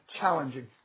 challenging